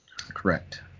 Correct